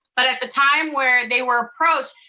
but at the time where they were approached,